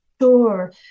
Sure